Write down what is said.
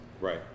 Right